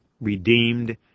redeemed